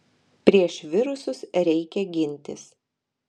prieš virusus reikia gintis